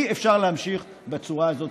אי-אפשר להמשיך בצורה הזאת,